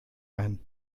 ein